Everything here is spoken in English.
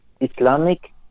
Islamic